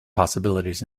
possibilities